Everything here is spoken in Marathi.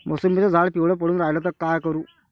मोसंबीचं झाड पिवळं पडून रायलं त का करू?